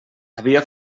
havia